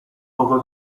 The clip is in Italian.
poco